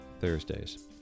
Thursdays